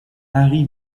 harry